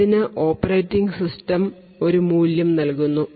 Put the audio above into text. അതിനു operating system ഒരു മൂല്യം നൽകുന്നു